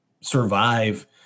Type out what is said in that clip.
survive